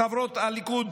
חברות הליכוד,